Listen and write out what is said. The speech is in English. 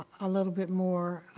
a little bit more.